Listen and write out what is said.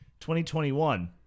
2021